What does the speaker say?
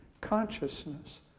consciousness